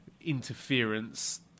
interference